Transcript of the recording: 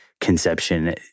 conception